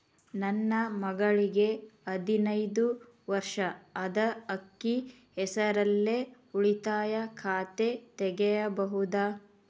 ನನ್ನ ಮಗಳಿಗೆ ಹದಿನೈದು ವರ್ಷ ಅದ ಅಕ್ಕಿ ಹೆಸರಲ್ಲೇ ಉಳಿತಾಯ ಖಾತೆ ತೆಗೆಯಬಹುದಾ?